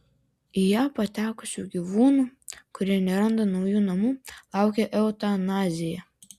į ją patekusių gyvūnų kurie neranda naujų namų laukia eutanazija